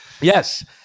Yes